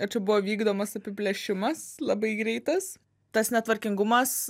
ar čia buvo vykdomas apiplėšimas labai greitas tas netvarkingumas